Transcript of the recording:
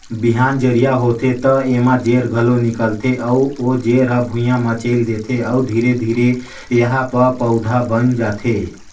बिहान जरिया होथे त एमा जेर घलो निकलथे अउ ओ जेर हर भुइंया म चयेल देथे अउ धीरे धीरे एहा प पउधा बन जाथे